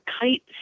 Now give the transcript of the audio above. kite